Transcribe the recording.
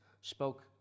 Spoke